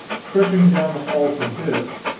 stretching down the hall from this,